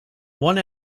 one